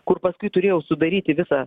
kur paskui turėjau sudaryti visą